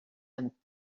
and